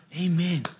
amen